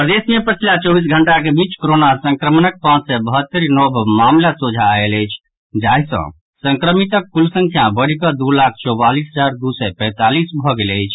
प्रदेश मे पछिला चौबीस घंटाक बीच कोरोना संक्रमण पांच सय बहत्तरि नव मामिला सोझा आयल अछि जाहि सँ संक्रमित कुल संख्या बढ़ि कऽ दू लाख चौवालीस हजार दू सय पैंतालीस भऽ गेल अछि